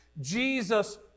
jesus